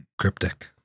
Cryptic